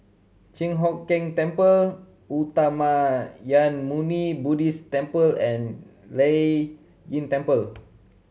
Chi Hock Keng Temple Uttamayanmuni Buddhist Temple and Lei Yin Temple